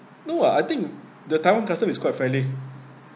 no ah I think the taiwan customs is quite friendly